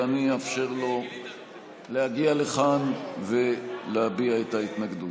ואני אאפשר לו להגיע לכאן ולהביע את ההתנגדות.